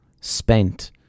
spent